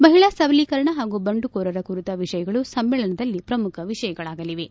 ಮಹಿಳಾ ಸಬಲೀಕರಣ ಹಾಗೂ ಬಂಡುಕೋರರ ಕುರಿತ ವಿಷಯಗಳು ಸಮ್ಮೇಳನದಲ್ಲಿ ಶ್ರಮುಖ ವಿಷಯಗಳಾಗಲಿವೆ